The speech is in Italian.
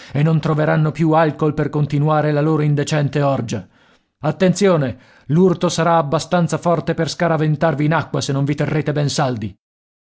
e non troveranno più alcool per continuare la loro indecente orgia attenzione l'urto sarà abbastanza forte per scaraventarvi in acqua se non vi terrete ben saldi